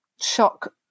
shock